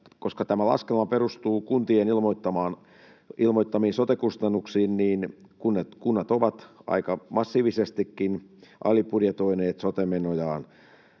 koska tämä laskelma perustuu kuntien ilmoittamiin sote-kustannuksiin ja kunnat ovat aika massiivisestikin alibudjetoineet sote-menojaan,